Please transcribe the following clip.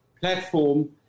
platform